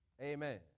Amen